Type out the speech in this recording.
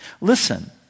listen